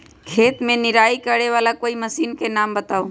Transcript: खेत मे निराई करे वाला कोई मशीन के नाम बताऊ?